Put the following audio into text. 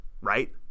right